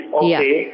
okay